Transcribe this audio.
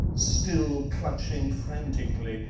still clutching frantically,